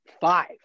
five